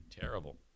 Terrible